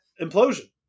implosion